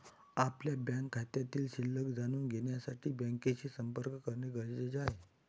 आपल्या बँक खात्यातील शिल्लक जाणून घेण्यासाठी बँकेशी संपर्क करणे गरजेचे आहे